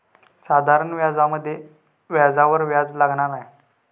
साधारण व्याजामध्ये व्याजावर व्याज लागना नाय